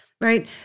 right